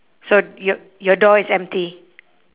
so your your door is empty